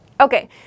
Okay